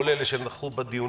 כולל מי שנכחו בדיונים,